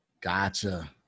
Gotcha